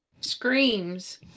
screams